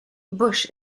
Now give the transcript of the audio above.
bush